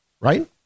Right